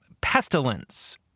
pestilence